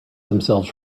themselves